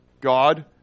God